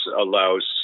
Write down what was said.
allows